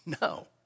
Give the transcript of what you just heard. No